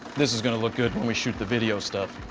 this is going to look good when we shoot the video stuff.